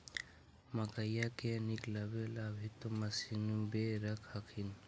मकईया के निकलबे ला भी तो मसिनबे रख हखिन?